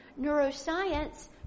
neuroscience